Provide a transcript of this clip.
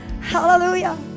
Hallelujah